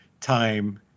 time